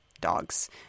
dogs